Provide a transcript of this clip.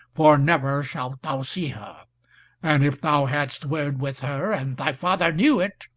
for never shalt thou see her and if thou hadst word with her, and thy father knew it,